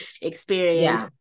experience